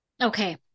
Okay